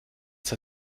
sei